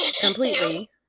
completely